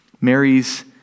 Mary's